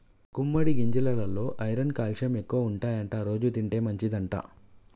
గుమ్మడి గింజెలల్లో iron calcium ఎక్కువుంటాయట రోజు తింటే మంచిదంట